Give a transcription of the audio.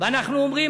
ואנחנו אומרים: